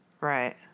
Right